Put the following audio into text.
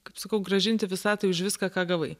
kaip sakau grąžinti visatai už viską ką gavai